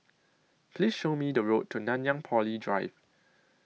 Please Show Me The Way to Nanyang Poly Drive